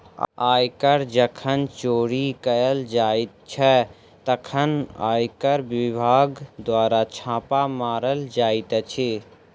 आयकर जखन चोरी कयल जाइत छै, तखन आयकर विभाग द्वारा छापा मारल जाइत अछि